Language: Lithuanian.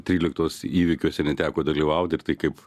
tryliktos įvykiuose neteko dalyvaut ir tai kaip